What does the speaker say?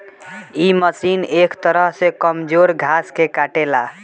इ मशीन एक तरह से कमजोर घास के काटेला